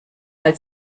weil